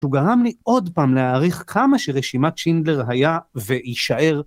‫הוא גרם לי עוד פעם להעריך ‫כמה שרשימת שינדלר היה ויישאר.